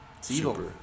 super